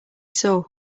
saw